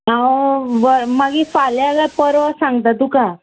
हांव बर मागीर फाल्यां जाल्यार परव सांगता तुका